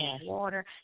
water